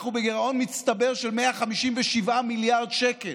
אנחנו בגירעון מצטבר של 157 מיליארד שקל.